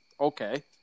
Okay